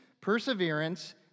perseverance